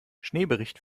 schneebericht